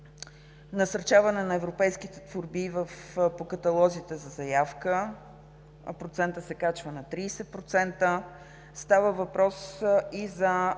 насърчаване на европейските творби по каталозите за заявка – процентът се казва на 30%. Става въпрос и за